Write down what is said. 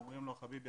אומרים לו: חביבי,